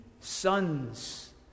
sons